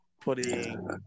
putting